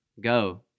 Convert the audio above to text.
go